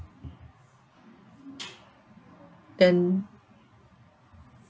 then